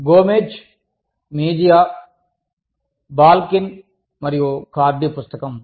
Gomez Mejia Balkin Cardy Gomez Mejia Balkin Cardy పుస్తకం